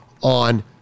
on